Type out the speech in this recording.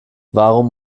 warum